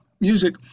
Music